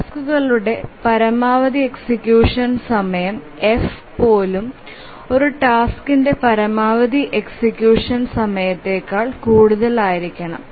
ടാസ്ക്കുകളുടെ പരമാവധി എക്സിക്യൂഷൻ സമയം F പോലും ഒരു ടാസ്ക്കിന്റെ പരമാവധി എക്സിക്യൂഷൻ സമയത്തേക്കാൾ കൂടുതലായിരിക്കണം